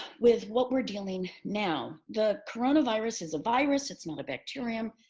with what we're dealing now? the coronavirus is a virus. it's not a bacterium.